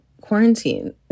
quarantine